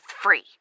free